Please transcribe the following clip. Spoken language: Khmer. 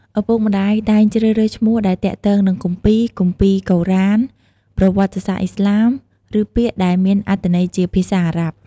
ឪពុកម្តាយតែងជ្រើសរើសឈ្មោះដែលទាក់ទងនឹងគម្ពីរ គម្ពីរកូរ៉ាន ប្រវត្តិសាស្ត្រឥស្លាម ឬពាក្យដែលមានអត្ថន័យជាភាសា អារ៉ាប់។